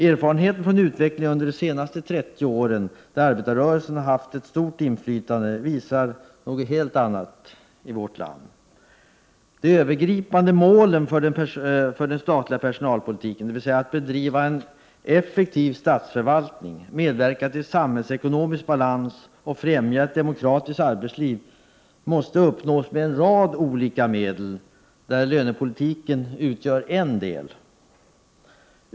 Erfarenheten från utvecklingen under de senaste 30 åren, där arbetarrörelsen haft ett stort inflytande, visar något helt annat i vårt land. De övergripande målen för den statliga personalpolitiken, dvs. att bidra till en effektiv statsförvaltning, medverka till samhällsekonomisk balans och främja ett demokratiskt arbetsliv, måste uppnås med en rad olika medel, där lönepolitiken utgör en del.